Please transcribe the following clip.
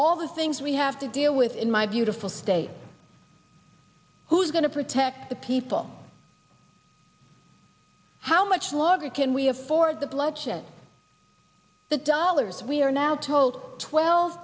all the things we have to deal with in my beautiful state who's going to protect the people how much longer can we afford the bloodshed the dollars we are now told twelve